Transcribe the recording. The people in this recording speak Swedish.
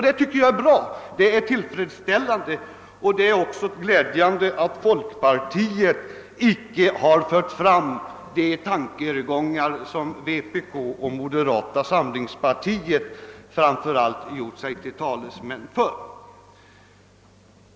Det tycker jag är bra, och det är också glädjande att folkpartiet icke har fört fram de tankegångar som framför allt vänsterpartiet kommunisterna och moderata samlingspartiet har gjort sig till talesmän för.